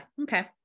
okay